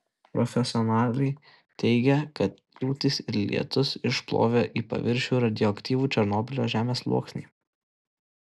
profesionalai teigia kad liūtys ir lietūs išplovė į paviršių radioaktyvų černobylio žemės sluoksnį